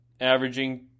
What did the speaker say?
averaging